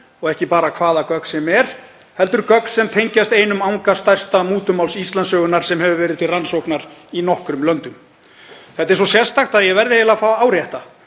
og ekki bara hvaða gögn sem er heldur gögn sem tengjast einum anga stærsta mútumáls Íslandssögunnar sem hefur verið til rannsóknar í nokkrum löndum. Þetta er svo sérstakt að ég verð eiginlega að fá að árétta: